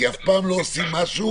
כי אף פעם לא עושים משהו